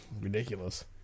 ridiculous